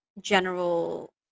general